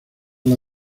las